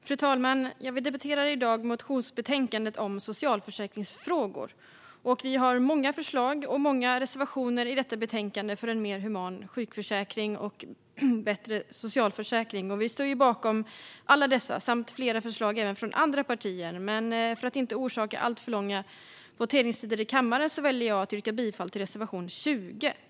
Fru talman! Vi debatterar i dag motionsbetänkandet om socialförsäkringsfrågor. Sverigedemokraterna har många förslag och många reservationer i detta betänkande för en mer human sjukförsäkring och en bättre socialförsäkring. Vi står bakom alla dessa samt flera förslag från andra partier, men för att inte orsaka alltför långa voteringstider i kammaren väljer jag att yrka bifall endast till reservation 20.